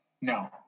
no